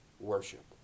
worship